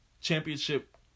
championship